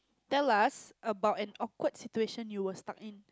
tell us about an awkward situation you were stuck in